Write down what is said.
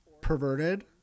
perverted